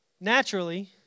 naturally